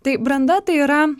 tai branda tai yra